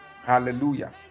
Hallelujah